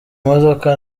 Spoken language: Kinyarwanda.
imodoka